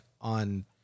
on